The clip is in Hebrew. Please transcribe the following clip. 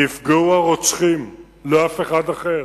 נפגעו הרוצחים, לא אף אחד אחר.